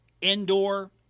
indoor